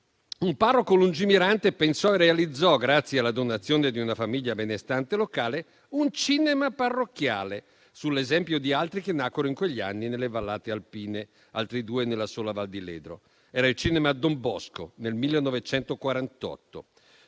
un parroco lungimirante pensò e realizzò, grazie alla donazione di una famiglia benestante locale, un cinema parrocchiale, sull'esempio di altri che nacquero in quegli anni nelle vallate alpine (altri due nella sola Val di Ledro). Era il cinema Don Bosco, nel 1948.